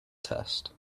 test